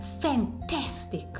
fantastic